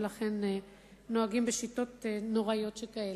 ולכן נוהגים בשיטות נוראיות שכאלה.